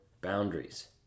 boundaries